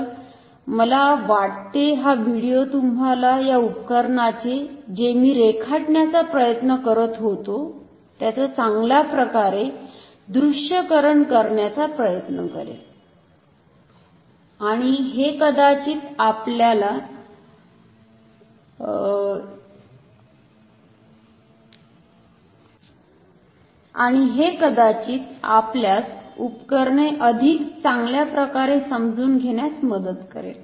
तर मला वाटते हा व्हिडीओ तुम्हाला या उपकरणाचे जे मी रेखाटण्याचा प्रयत्न करत होतो त्याचा चांगल्याप्रकारे दृश्यकरण करण्याचा प्रयत्न करेल आणि हे कदाचित आपल्यास उपकरणे अधिक चांगल्या प्रकारे समजून घेण्यास मदत करेल